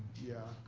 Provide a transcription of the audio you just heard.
yeah.